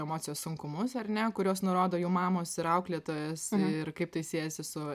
emocijų sunkumus ar ne kuriuos nurodo jų mamos ir auklėtojos ir kaip tai siejasi su